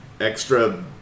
extra